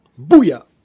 Booyah